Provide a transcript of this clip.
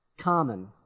common